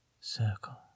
Circle